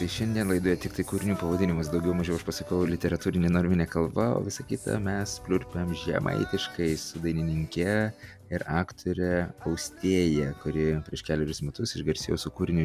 tai šiandien laidoje tiktai kūrinių pavadinimus daugiau mažiau aš pasakau literatūrine normine kalba o visa kita mes pliurpiam žemaitiškai su dainininke ir aktore austėja kuri prieš kelerius metus išgarsėjo su kūriniu